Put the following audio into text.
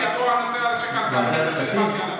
ועדת הכספים?